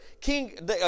King